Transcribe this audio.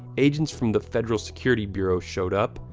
agents from the federal security bureau showed up,